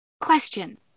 question